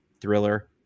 thriller